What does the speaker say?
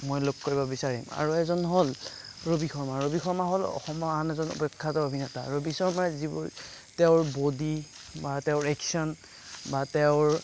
মই লগ কৰিব বিচাৰিম আৰু এজন হ'ল ৰবি শৰ্মা ৰবি শৰ্মা হ'ল অসমৰ আন এজন প্ৰখ্যাত অভিনেতা ৰবি শৰ্মাই যিবোৰ তেওঁৰ ব'ডি বা তেওঁৰ একচন বা তেওঁৰ